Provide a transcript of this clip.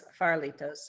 farlitos